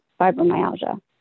fibromyalgia